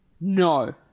No